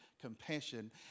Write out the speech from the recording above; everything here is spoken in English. compassion